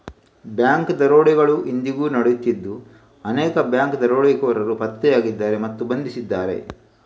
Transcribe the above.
bank ದರೋಡೆಗಳು ಇಂದಿಗೂ ನಡೆಯುತ್ತಿದ್ದು ಅನೇಕ ಬ್ಯಾಂಕ್ ದರೋಡೆಕೋರರು ಪತ್ತೆಯಾಗಿದ್ದಾರೆ ಮತ್ತು ಬಂಧಿಸಿದ್ದಾರೆ